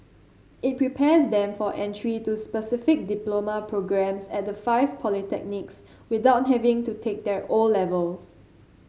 it prepares them for entry to specific diploma programmes at the five polytechnics without having to take their O levels